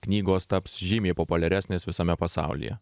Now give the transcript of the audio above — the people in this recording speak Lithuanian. knygos taps žymiai populiaresnės visame pasaulyje